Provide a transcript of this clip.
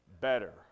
better